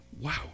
Wow